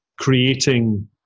creating